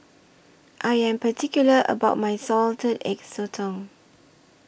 I Am particular about My Salted Egg Sotong